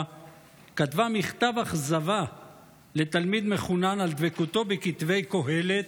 כתבה מכתב אכזבה לתלמיד מחונן על דבקותו בכתבי קהלת,